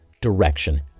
direction